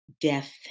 death